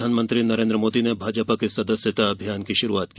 प्रधानमंत्री नरेन्द्र मोदी ने भाजपा के सदस्यता अभियान की शुरुआत की